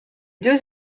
deux